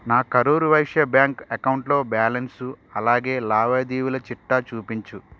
నా కరూర్ వైశ్య బ్యాంక్ అకౌంటులో బ్యాలన్సు అలాగే లావాదేవీల చిట్టా చూపించుము